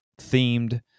themed